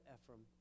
Ephraim